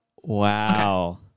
Wow